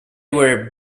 were